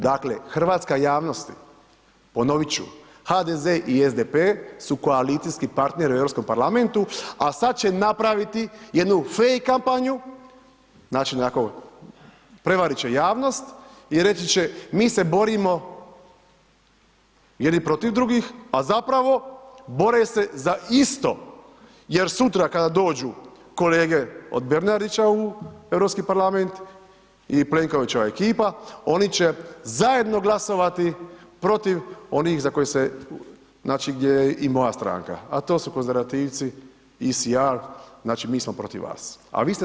Dakle, hrvatska javnosti, ponovit ću HDZ i SDP su koalicijski partneri u Europskom parlamentu, a sad će napraviti jednu fejk kampanju, znači, onako prevarit će javnost i reći će mi se borimo jedni protiv drugih, a zapravo bore se za isto jer sutra kada dođu kolege od Bernardića u Europski parlament i Plenkovićeva ekipa, oni će zajedno glasovati protiv onih za koje se, znači, gdje je i moja stranka, a to su konzervativci … [[Govornik se ne razumije]] znači, mi smo protiv vas, a vi ste zajedno.